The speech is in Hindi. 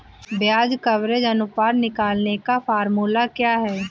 ब्याज कवरेज अनुपात निकालने का फॉर्मूला क्या है?